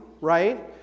right